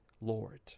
Lord